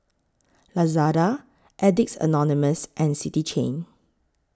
Lazada Addicts Anonymous and City Chain